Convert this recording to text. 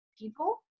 people